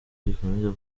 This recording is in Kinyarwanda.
gikomeza